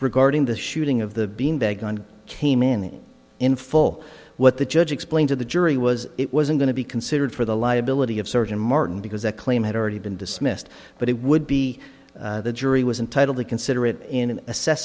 regarding the shooting of the beanbag gun came in in full what the judge explained to the jury was it wasn't going to be considered for the liability of surgeon martin because a claim had already been dismissed but it would be the jury was entitled to consider it in asse